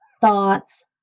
thoughts